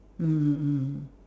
mm mm